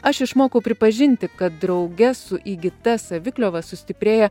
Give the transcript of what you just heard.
aš išmokau pripažinti kad drauge su įgyta savikliova sustiprėja